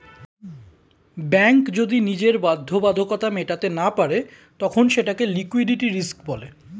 bank যদি নিজের বাধ্যবাধকতা মেটাতে না পারে তখন সেটাকে লিক্যুইডিটি রিস্ক বলে